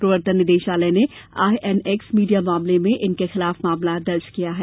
प्रवर्तन निदेशालय ने आईएनएक्स मीडिया मामले में श्री चिदम्बरम के खिलाफ मामला दर्ज किया है